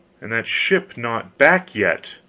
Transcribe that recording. and that ship not back yet!